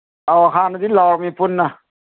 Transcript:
ꯑꯥꯎ ꯍꯥꯟꯟꯗꯤ ꯂꯥꯎꯔꯝꯃꯤ ꯄꯨꯟꯅ